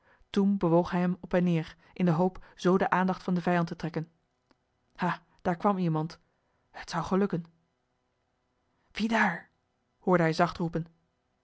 toen bewoog hij hem op en neer in de hoop zoo de aandacht van den vijand te trekken ha daar kwam iemand t zou gelukken wie daar hoorde hij zacht roepen